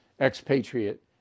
expatriate